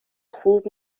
خوب